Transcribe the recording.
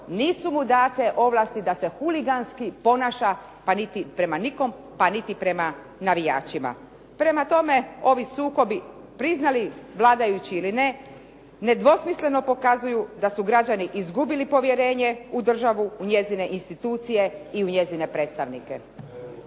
nisu mu date ovlasti da se huliganski ponaša prema nikom, pa niti prema navijačima. Prema tome, ovi sukobi, priznali vladajući ili ne, nedvosmisleno pokazuju da su građani izgubili povjerenje u državu, u njezine institucije i u njezine predstavnike.